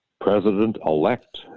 President-elect